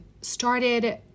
started